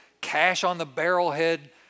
cash-on-the-barrel-head